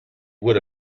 would